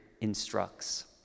instructs